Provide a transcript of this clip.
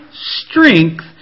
strength